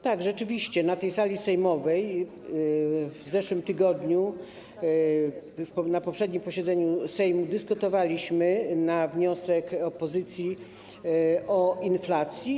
Tak, rzeczywiście na tej sali sejmowej w zeszłym tygodniu, tj. na poprzednim posiedzeniu Sejmu, dyskutowaliśmy na wniosek opozycji o inflacji.